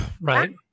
right